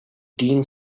dean